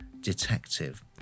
detective